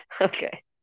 Okay